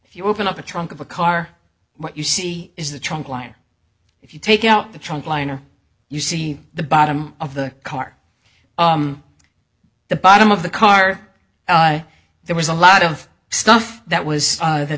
if you open up a trunk of a car what you see is the trunk line if you take out the trunk liner you see the bottom of the car the bottom of the car there was a lot of stuff that was that